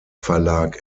verlag